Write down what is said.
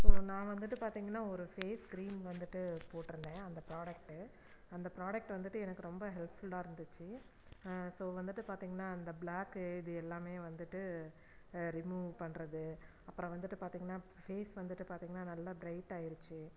so நான் வந்துட்டு பார்த்திங்கன்னா ஒரு ஃபேஸ் க்ரீம் வந்துட்டு போட்டிருந்தேன் அந்த ஃப்ராடக்ட்டு அந்த ஃப்ராடக்ட்டு வந்துட்டு எனக்கு ரொம்ப ஹெல்ப்ஃபுல்லாக இருந்துச்சு ஸோ வந்துட்டு பார்த்திங்கன்னா அந்த பிளாக்கு இது எல்லாமே வந்துட்டு ரிமூவ் பண்ணுறது அப்புறம் வந்துட்டு பார்த்திங்கன்னா ஃபேஸ் வந்துட்டு பார்த்திங்கன்னா நல்லா ப்ரெய்ட் ஆயிருச்சு